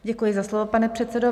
Děkuji za slovo, pane předsedo.